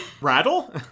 Rattle